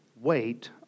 wait